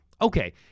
okay